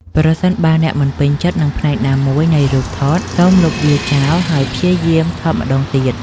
ប្រសិនបើអ្នកមិនពេញចិត្ត នឹងផ្នែកណាមួយនៃរូបថត សូមលុបវាចោលហើយព្យាយាមថតម្តងទៀត។